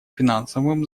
финансовым